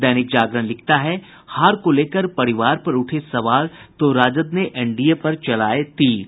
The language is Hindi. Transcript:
दैनिक जागरण लिखता है हार को लेकर परिवार पर उठे सवाल तो राजद ने एनडीए पर चलाये तीर